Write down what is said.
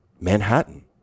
Manhattan